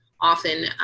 often